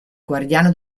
guardiano